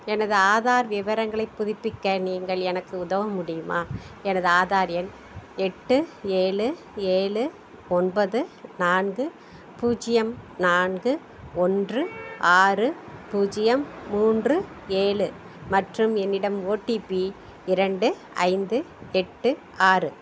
எனது ஆதார் விவரங்களைப் புதுப்பிக்க நீங்கள் எனக்கு உதவ முடியுமா எனது ஆதார் எண் எட்டு ஏழு ஏழு ஒன்பது நான்கு பூஜ்ஜியம் நான்கு ஒன்று ஆறு பூஜ்ஜியம் மூன்று ஏழு மற்றும் என்னிடம் ஓடிபி இரண்டு ஐந்து எட்டு ஆறு